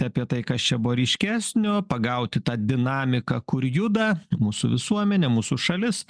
apie tai kas čia buvo ryškesnio pagauti tą dinamiką kur juda mūsų visuomenė mūsų šalis